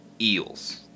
eels